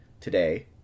Today